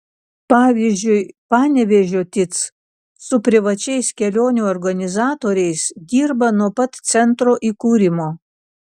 pavyzdžiui panevėžio tic su privačiais kelionių organizatoriais dirba nuo pat centro įkūrimo